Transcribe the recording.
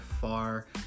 far